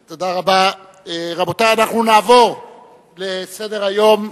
רבותי, אנחנו נעבור לנושא הבא בסדר-היום,